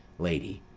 lady.